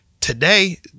today